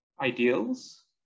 ideals